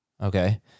Okay